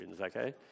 okay